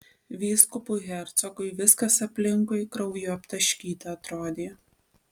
vyskupui hercogui viskas aplinkui krauju aptaškyta atrodė